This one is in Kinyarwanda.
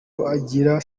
bagira